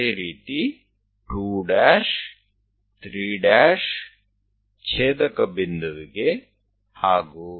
તે જ રીતે 23 45 માટે આપણે દોરીશું